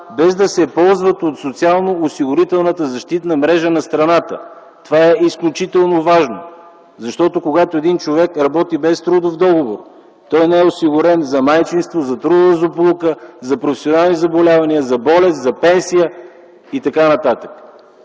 без да се ползват от социалноосигурителната защитна мрежа на страната. Това е изключително важно, защото, когато един човек работи без трудов договор той не е осигурен за майчинство, за трудова злополука, за професионални заболявания, за болест, за пенсия и така